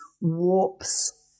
warps